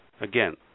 Again